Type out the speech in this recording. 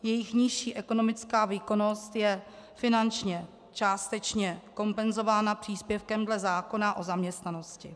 Jejich nižší ekonomická výkonnost je finančně částečně kompenzována příspěvkem dle zákona o zaměstnanosti.